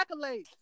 accolades